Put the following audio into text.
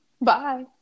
Bye